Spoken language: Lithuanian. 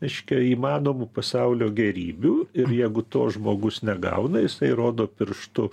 reiškia įmanomų pasaulio gėrybių ir jeigu to žmogus negauna jisai rodo pirštu